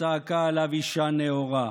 צעקה עליו אישה נאורה.